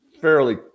fairly